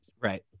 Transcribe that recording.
right